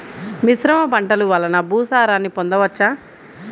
మిశ్రమ పంటలు వలన భూసారాన్ని పొందవచ్చా?